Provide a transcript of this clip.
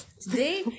Today